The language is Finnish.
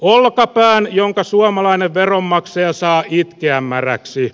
olkapään jonka suomalainen veromaksaja saa itkeä märäksi